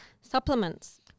Supplements